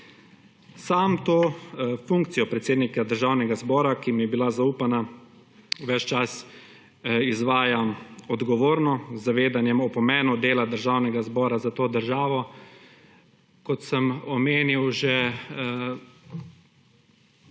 Sam to funkcijo predsednika Državnega zbora, ki mi je bila zaupana ves čas izvajam odgovorno z zavedanjem o pomenu dela Državnega zbora za to državo. Kot sem omenil že